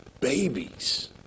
babies